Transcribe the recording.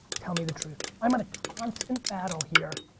tell me the truth. i'm at a constant battle here,